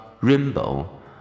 rainbow